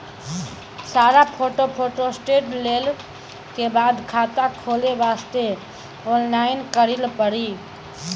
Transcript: सारा photo photostat लेल के बाद खाता खोले वास्ते ऑनलाइन करिल पड़ी?